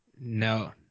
No